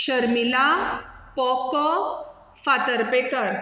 शर्मिला पोको फातर्पेकर